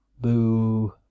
boo